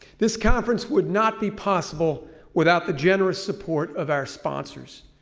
this conference would not be possible without the generous support of our sponsors.